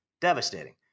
devastating